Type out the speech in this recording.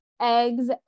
Eggs